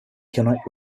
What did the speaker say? economic